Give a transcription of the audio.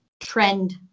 trend